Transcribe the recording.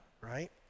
right